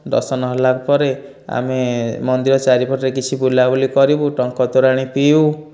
ଦର୍ଶନ ହେଲା ପରେ ଆମେ ମନ୍ଦିର ଚାରିପଟେ କିଛି ବୁଲାବୁଲି କରିବୁ ଟଙ୍କ ତୋରାଣି ପିଇବୁ